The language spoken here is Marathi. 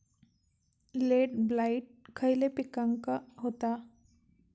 लेट ब्लाइट खयले पिकांका होता?